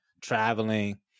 traveling